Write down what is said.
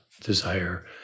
desire